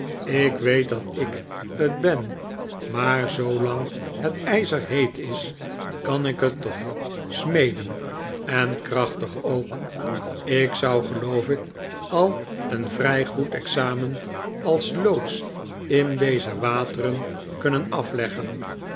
ik weet dat ik t ben maar zoo lang het ijzer heet i s kan ik het toch smeden en krachtig ook ik zou geloof ik al een vrij goed examen als loods in deze wateren kunnen afleggen